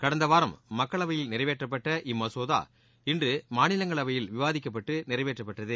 கடந்த வாரம் மக்களவையில் நிறைவேற்றப்பட்ட மசோதா இன்று மாநிலங்களவையில் விவாதிக்கப்பட்டு நிறைவேற்றப்பட்டது